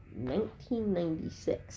1996